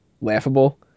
laughable